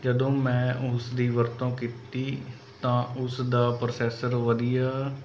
ਜਦੋਂ ਮੈਂ ਉਸ ਦੀ ਵਰਤੋਂ ਕੀਤੀ ਤਾਂ ਉਸਦਾ ਪ੍ਰੋਸੈਸਰ ਵਧੀਆ